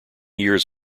years